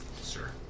Sir